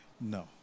No